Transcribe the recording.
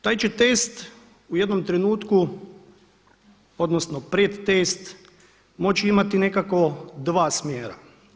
Taj će test u jednom trenutku odnosno predtest moći imati nekako dva smjera.